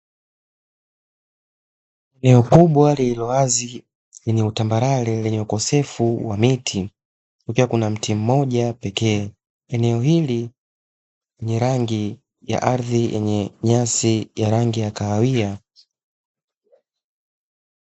Eneo kubwa lililowazi, lenye utambarare, lenye ukosefu wa miti, kukiwa kuna mti mmoja pekee. Eneo hili lenye rangi ya ardhi yenye nyasi ya rangi ya kahawia.